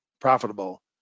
profitable